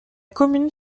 commune